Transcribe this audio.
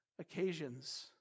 occasions